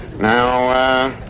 Now